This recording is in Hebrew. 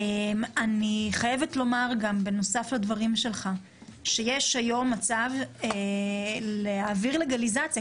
אני חייבת לומר גם בנוסף לדברים שלך שיש היום מצב להעביר לגליזציה.